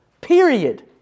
Period